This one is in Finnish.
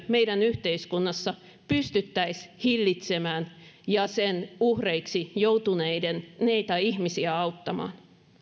meidän yhteiskunnassa pystyttäisiin hillitsemään ja sen uhreiksi joutuneita ihmisiä auttamaan